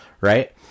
right